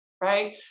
Right